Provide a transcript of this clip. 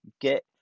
get